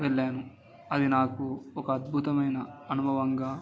వెళ్ళాను అది నాకు ఒక అద్భుతమైన అనుభవంగా